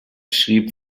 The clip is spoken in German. schrieb